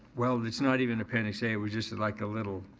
well, it's not even appendix a. it was just like a little,